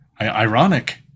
Ironic